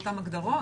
באותן הגדרות,